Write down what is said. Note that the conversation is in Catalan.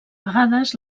vegades